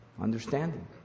Understanding